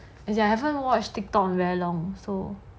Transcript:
as in I haven't watched TikTok for very long so